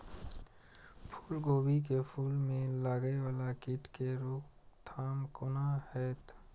फुल गोभी के फुल में लागे वाला कीट के रोकथाम कौना हैत?